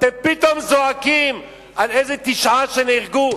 אתם פתאום זועקים על איזה תשעה שנהרגו,